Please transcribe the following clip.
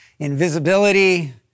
invisibility